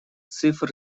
цифр